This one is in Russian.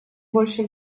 больше